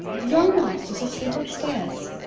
the young master's asleep upstairs.